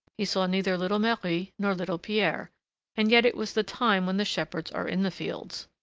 he saw neither little marie nor little pierre and yet it was the time when the shepherds are in the fields.